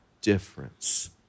difference